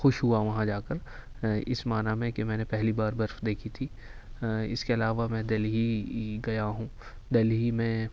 خوش ہوا وہاں جا کر اس معنی میں کہ میں نے پہلی بار برف دیکھی تھی اس کے علاوہ میں دہلی گیا ہوں دہلی میں